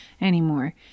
anymore